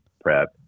prep